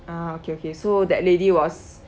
ah okay okay so that lady was